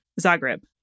Zagreb